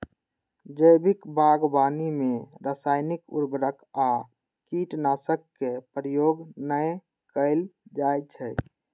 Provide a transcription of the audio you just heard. जैविक बागवानी मे रासायनिक उर्वरक आ कीटनाशक के प्रयोग नै कैल जाइ छै